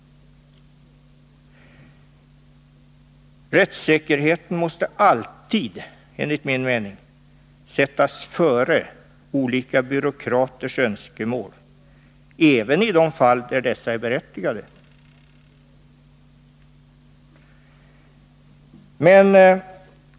Rättssäkerheten måste enligt min mening alltid sättas före olika byråkraters önskemål, även i de fall där dessa är berättigade.